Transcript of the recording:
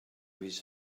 his